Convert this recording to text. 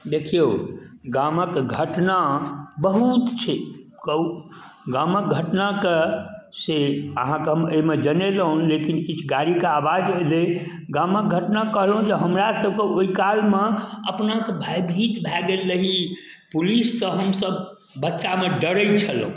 देखिऔ गामके घटना बहुत छै कहू गामके घटनाके से अहाँके हम एहिमे जनेलहुँ लेकिन किछु गाड़ीके आवाज अएलै गामके घटना कहलहुँ जे हमरासभके ओहिकालमे अपनेके भयभीत भऽ गेल रही पुलिससँ हमसभ बच्चामे डरै छलहुँ